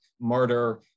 martyr